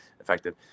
effective